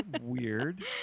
weird